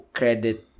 credit